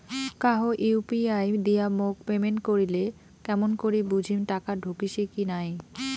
কাহো ইউ.পি.আই দিয়া মোক পেমেন্ট করিলে কেমন করি বুঝিম টাকা ঢুকিসে কি নাই?